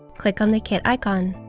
click on the kit icon.